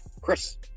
Chris